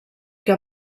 que